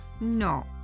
no